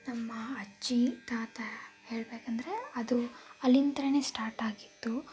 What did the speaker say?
ನಮ್ಮ ಅಜ್ಜಿ ತಾತ ಹೇಳಬೇಕಂದ್ರೆ ಅದು ಅಲ್ಲಿಂತರನೆ ಸ್ಟಾರ್ಟ್ ಆಗಿದ್ದು